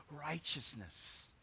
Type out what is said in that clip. righteousness